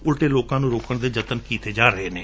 ਅਲਟੇ ਲੋਕਾਂ ਨੂੰ ਰੋਕਣ ਦਾ ਜਤਨ ਕੀਤੇ ਜਾ ਰਹੇ ਨੇ